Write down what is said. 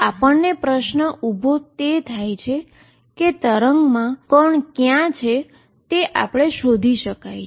તેથી પ્રશ્ન એ ઉભો થાય છે કે વેવમાં પાર્ટીકલ ક્યાં છે તે શોધી શકાય છે